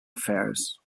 affairs